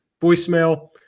voicemail